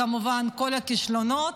כמובן כל הכישלונות,